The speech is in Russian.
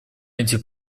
эти